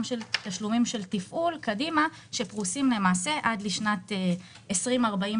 תשלומים של תפעול קדימה שפרוסים למעשה עד לשנת 2047,